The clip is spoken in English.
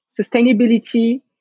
sustainability